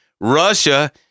Russia